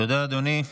תודה, אדוני.